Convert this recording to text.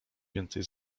więcej